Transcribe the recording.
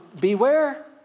Beware